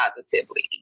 positively